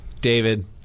David